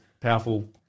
powerful